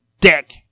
Dick